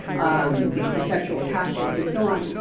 um these perceptual pathways and so on,